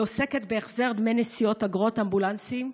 היא עוסקת בהחזר דמי נסיעות, אגרות אמבולנסים,